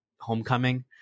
homecoming